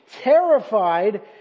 terrified